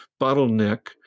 Bottleneck